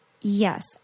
Yes